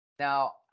Now